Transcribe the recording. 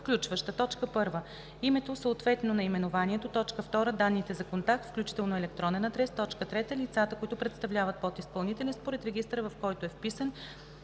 включваща: 1. името, съответно наименованието; 2. данните за контакт, включително електронен адрес; 3. лицата, които представляват подизпълнителя според регистъра, в който е вписан,